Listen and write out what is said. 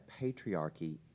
patriarchy